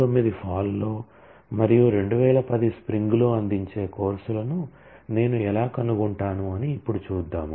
2009 fall లో మరియు 2010 spring లో అందించే కోర్సులను నేను ఎలా కనుగొంటాను అని ఇప్పుడు చూద్దాం